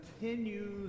continues